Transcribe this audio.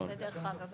זה דרך אגב.